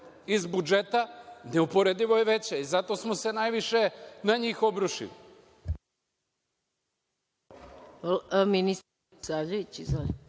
iz budžeta, neuporedivo je veća i zato smo se najviše na njih obrušili.